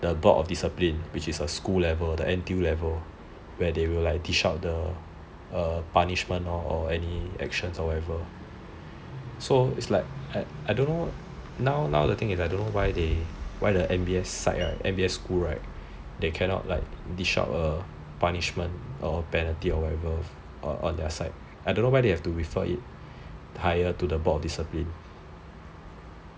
the board of discipline which is a school level the N_T_U level where they will like dish out the punishment or any actions or whatever so it's like I don't know now the thing is I don't know why the M_B_S site right the M_B_S school right they cannot like dish out a punishment or a penalty or whatever on their side don't know why they have to refer it higher to the board of discipline